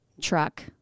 truck